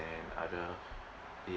and other bit